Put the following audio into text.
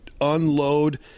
unload